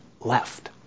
left